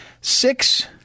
Six